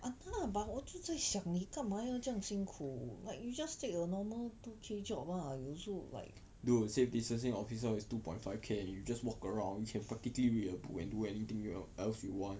dude safe distancing officer is two point five K you just walk around you can practically read a book and do anything you else you want